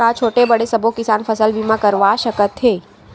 का छोटे बड़े सबो किसान फसल बीमा करवा सकथे?